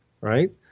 right